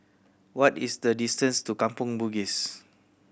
what is the distance to Kampong Bugis